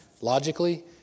logically